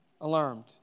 alarmed